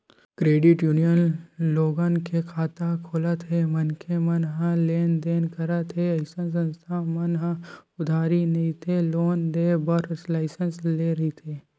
credit union लोगन के खाता खोलत हे मनखे मन ह लेन देन करत हे अइसन संस्था मन ह उधारी नइते लोन देय बर लाइसेंस लेय रहिथे